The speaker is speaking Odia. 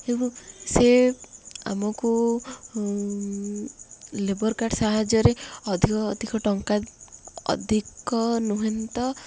ଏବଂ ସେ ଆମକୁ ଲେବର କାର୍ଡ୍ ସାହାଯ୍ୟରେ ଅଧିକ ଅଧିକ ଟଙ୍କା ଅଧିକ ନୁହେତ